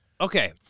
okay